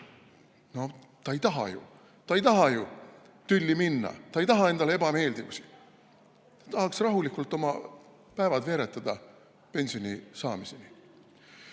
paar pensionini. Ta ei taha ju tülli minna, ta ei taha endale ebameeldivusi, ta tahaks rahulikult oma päevad veeretada pensioni saamiseni.